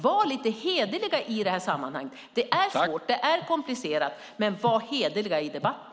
Var lite hederliga i det här sammanhanget. Det är svårt och komplicerat, men var hederliga i debatten.